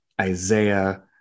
isaiah